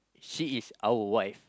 she is our wife